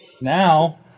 Now